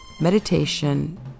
Meditation